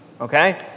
okay